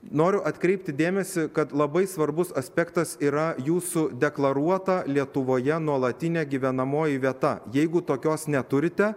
noriu atkreipti dėmesį kad labai svarbus aspektas yra jūsų deklaruota lietuvoje nuolatinė gyvenamoji vieta jeigu tokios neturite